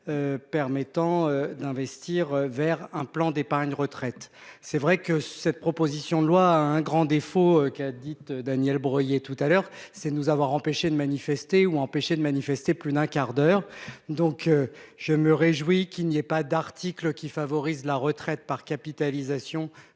Permettant d'investir vers un plan d'épargne retraite. C'est vrai que cette proposition de loi, un grand défaut, qui a dit Daniel Breuiller tout à l'heure c'est nous avoir empêché de manifester ou empêchés de manifester, plus d'un quart d'heure donc je me réjouis qu'il n'y ait pas d'articles qui favorise la retraite par capitalisation